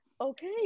okay